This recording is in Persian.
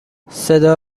صدا